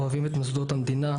אוהבים את מוסדות המדינה.